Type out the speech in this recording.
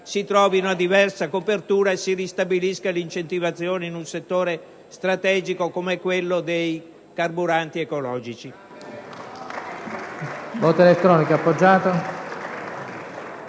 si trovi una diversa copertura e si ristabilisca l'incentivazione in un settore strategico com'è quello dei carburanti ecologici.